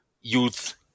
youth